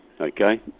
Okay